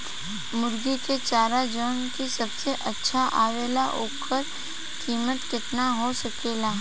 मुर्गी के चारा जवन की सबसे अच्छा आवेला ओकर कीमत केतना हो सकेला?